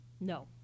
No